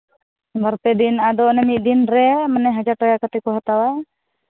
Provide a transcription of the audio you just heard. ᱵᱟᱨᱯᱮ ᱫᱤᱱ ᱟᱫᱚ ᱢᱤᱫ ᱫᱤᱱ ᱨᱮ ᱢᱟᱱᱮ ᱦᱟᱡᱟᱨ ᱴᱟᱠᱟ ᱠᱟᱛᱮᱫ ᱠᱚ ᱦᱟᱛᱟᱣᱟ